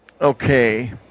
Okay